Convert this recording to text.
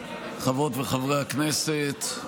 חברות וחברי הכנסת,